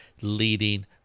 leading